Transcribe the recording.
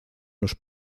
los